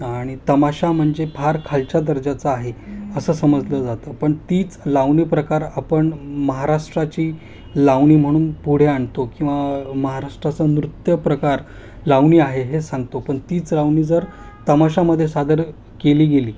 आणि तमाशा म्हणजे फार खालच्या दर्जाचा आहे असं समजलं जातं पण तीच लावणी प्रकार आपण महाराष्ट्राची लावणी म्हणून पुढे आणतो किंवा महाराष्ट्राचं नृत्य प्रकार लावणी आहे हे सांगतो पन तीच लावणी जर तमाशामधे सादर केली गेली